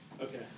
Okay